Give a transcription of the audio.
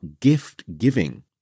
gift-giving